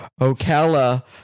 Ocala